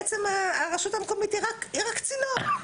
בעצם הרשות המקומית היא רק צינור,